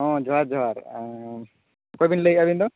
ᱦᱚᱸ ᱡᱚᱦᱟᱨ ᱡᱚᱦᱟᱨ ᱚᱠᱚᱭᱵᱤᱱ ᱞᱟᱹᱭᱮᱜᱼᱟ ᱟᱵᱤᱱ ᱫᱚ